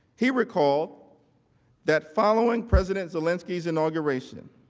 he recalled that following president zelensky's inauguration,